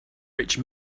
rich